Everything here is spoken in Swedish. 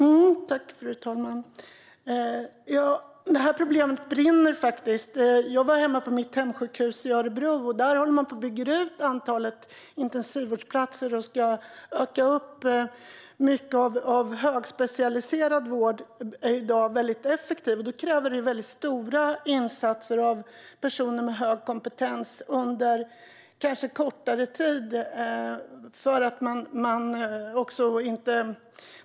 Fru talman! Det här problemet brinner faktiskt. På mitt hemsjukhus i Örebro håller man på att bygga ut antalet intensivvårdsplatser. Man ska öka den högspecialiserade vården. Den högspecialiserade vården är i dag väldigt effektiv. Då krävs det stora insatser av personer med hög kompetens under kortare tid.